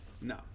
no